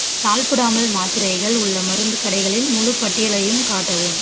salbutamol மாத்திரைகள் உள்ள மருந்து கடைகளின் முழு பட்டியலையும் காட்டவும்